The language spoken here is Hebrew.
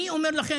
אני אומר לכם,